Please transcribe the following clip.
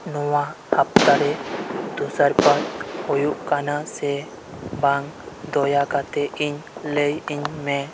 ᱱᱚᱣᱟ ᱦᱟᱯᱛᱟ ᱨᱮ ᱛᱩᱥᱟᱨᱯᱟᱛ ᱦᱩᱭᱩᱜ ᱠᱟᱱᱟ ᱥᱮ ᱵᱟᱝ ᱫᱟᱭᱟᱠᱟᱛᱮ ᱤᱧ ᱞᱟᱹᱭ ᱤᱧᱢᱮ